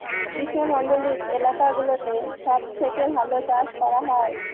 গ্রীষ্মমন্ডলীত এলাকা গুলোতে সব থেকে ভালো চাষ করা হয়